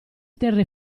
terre